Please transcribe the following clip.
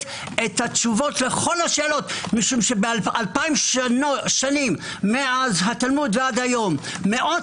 את כל התשובות לכל השאלות משום שבאלפיים שנים מאז התלמוד ועד היום מאות